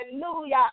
Hallelujah